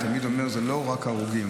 אני תמיד אומר שאלו לא רק הרוגים,